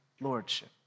lordship